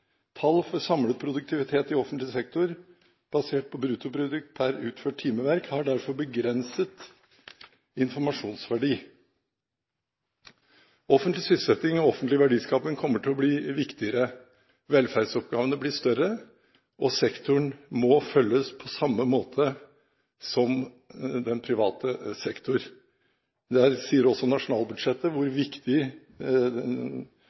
Tall for samlet produktivitet i offentlig sektor basert på bruttoprodukt per utførte timeverk har derfor begrenset informasjonsverdi.» Offentlig sysselsetting og offentlig verdiskaping kommer til å bli viktigere. Velferdsoppgavene blir større, og sektoren må følges på samme måte som den private sektor. I nasjonalbudsjettet sier man også hvor